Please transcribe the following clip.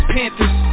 Panthers